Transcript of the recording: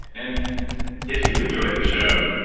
and if you enjoy the show,